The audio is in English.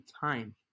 time